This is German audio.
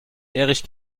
erich